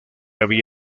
había